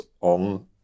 on